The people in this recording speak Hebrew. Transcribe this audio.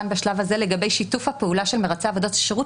בשלב הזה לגבי שיתוף הפעולה של מרצה עבודות שירות,